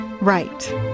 right